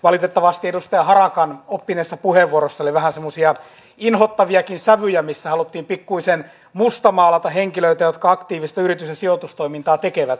valitettavasti edustaja harakan oppineessa puheenvuorossa oli vähän semmoisia inhottaviakin sävyjä missä haluttiin pikkuisen mustamaalata henkilöitä jotka aktiivista yritys ja sijoitustoimintaa tekevät